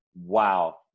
Wow